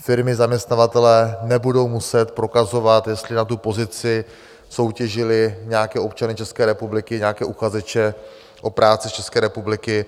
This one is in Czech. Firmy, zaměstnavatelé nebudou muset prokazovat, jestli na tu pozici soutěžili nějaké občany České republiky, nějaké uchazeče o práci z České republiky.